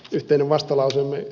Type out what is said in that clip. ainoa poikkeama